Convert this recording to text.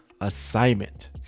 assignment